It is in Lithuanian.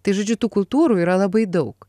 tai žodžiu tų kultūrų yra labai daug